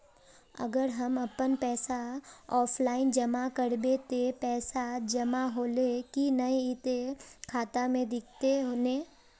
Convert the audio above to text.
अगर हम अपन पैसा ऑफलाइन जमा करबे ते पैसा जमा होले की नय इ ते खाता में दिखते ने?